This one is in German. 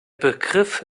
begriff